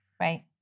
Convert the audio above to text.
Right